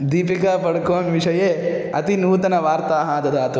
दीपिका पड्कोन् विषये अतिनूतनवार्ताः ददातु